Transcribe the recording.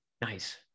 Nice